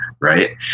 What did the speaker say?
right